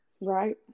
Right